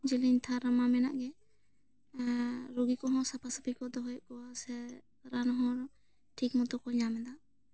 ᱡᱤᱞᱤᱝ ᱛᱷᱟᱨ ᱨᱮᱢᱟ ᱢᱮᱱᱟᱜ ᱜᱮ ᱦᱮᱸ ᱨᱳᱜᱤ ᱠᱚᱦᱚᱸ ᱥᱟᱯᱟ ᱥᱟᱹᱯᱤ ᱠᱚ ᱫᱚᱦᱚᱭᱮᱫ ᱠᱚᱣᱟ ᱥᱮ ᱨᱟᱱ ᱦᱚᱸ ᱴᱷᱤᱠ ᱢᱚᱛᱚ ᱠᱚ ᱧᱟᱢ ᱮᱫᱟ